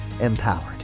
empowered